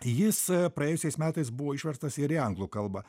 jis praėjusiais metais buvo išverstas ir į anglų kalbą